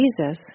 Jesus